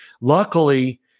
luckily